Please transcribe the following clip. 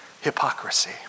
hypocrisy